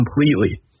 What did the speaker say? Completely